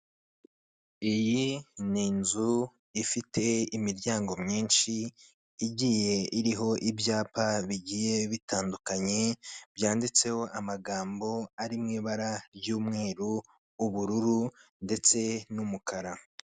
Iyi ni inzu ifite imiryango myinshi igiye iriho ibyapa bigiye bitandukanye, byanditseho amagambo ari mwibara ry'umweru, ubururu ndetse na umukara.